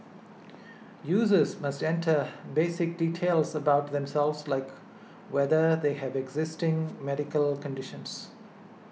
users must enter basic details about themselves like whether they have existing medical conditions